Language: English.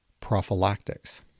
Prophylactics